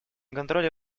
контроля